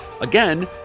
again